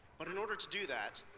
but in order to do that,